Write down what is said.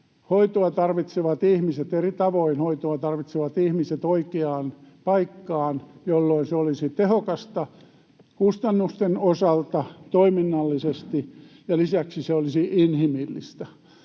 hoitoa tarvitsevat ihmiset, oikeaan paikkaan, jolloin se olisi tehokasta kustannusten osalta ja toiminnallisesti ja lisäksi se olisi inhimillistä.